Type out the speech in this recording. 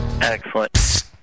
Excellent